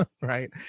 right